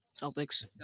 Celtics